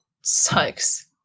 sucks